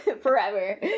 Forever